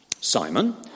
Simon